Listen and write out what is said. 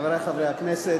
חברי חברי הכנסת,